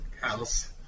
house